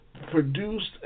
produced